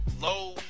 low